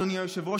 אדוני היושב-ראש,